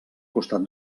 costat